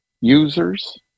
users